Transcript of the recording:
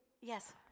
yes